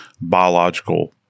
biological